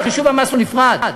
וחישוב המס הוא נפרד,